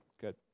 Good